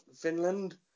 Finland